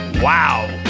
Wow